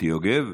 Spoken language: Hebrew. מוטי יוגב,